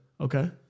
Okay